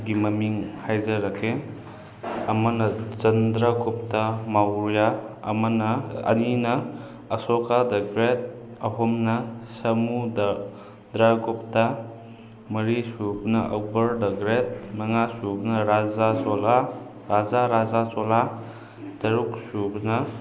ꯒꯤ ꯃꯃꯤꯡ ꯍꯥꯏꯖꯔꯛꯀꯦ ꯑꯃꯅ ꯆꯟꯗ꯭ꯔ ꯒꯨꯞꯇꯥ ꯃꯥꯎꯔꯤꯌꯥ ꯑꯃꯅ ꯑꯅꯤꯅ ꯑꯁꯣꯛꯀ ꯗ ꯒ꯭ꯔꯦꯠ ꯑꯍꯨꯝꯅ ꯁꯥꯃꯨ ꯗ ꯗ꯭ꯔꯥꯒꯨꯞꯇ ꯃꯔꯤ ꯁꯨꯕꯅ ꯑꯛꯕꯔ ꯗ ꯒ꯭ꯔꯦꯠ ꯃꯉꯥ ꯁꯨꯕꯅ ꯔꯥꯖꯥ ꯆꯣꯂꯥ ꯔꯥꯖꯥ ꯔꯥꯖꯥ ꯆꯣꯂꯥ ꯇꯔꯨꯛ ꯁꯨꯕꯅ